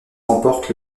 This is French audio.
remportent